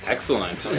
Excellent